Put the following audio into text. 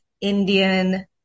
Indian